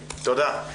תודה.